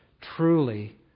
truly